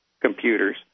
computers